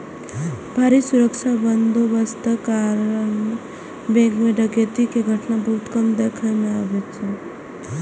भारी सुरक्षा बंदोबस्तक कारणें बैंक मे डकैती के घटना बहुत कम देखै मे अबै छै